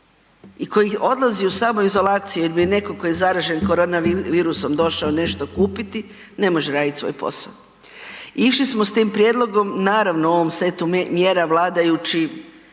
i koji odlazi u samoizolaciju ili netko tko je zaražen koronavirusom došao nešto kupiti, ne može raditi svoj posao. Išli smo s tim prijedlogom, naravno u ovom setu mjera vladajući